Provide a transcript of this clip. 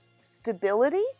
stability